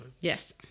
Yes